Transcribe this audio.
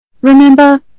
Remember